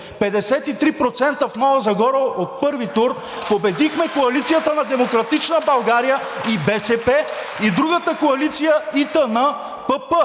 53% в Нова Загора от първи тур победихме коалицията на „Демократична България“ и БСП, и другата коалиция ИТН-ПП